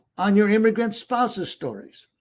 on your immigrant spouse s story,